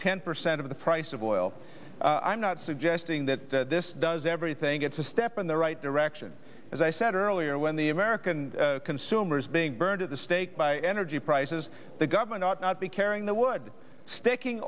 ten percent of the price of oil i'm not suggesting that this does everything it's a step in the right direction as i said earlier when the american consumers being burned at the stake by energy prices the government ought not be carrying the wood sticking